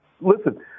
Listen